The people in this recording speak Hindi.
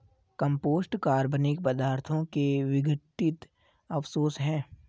कम्पोस्ट कार्बनिक पदार्थों के विघटित अवशेष हैं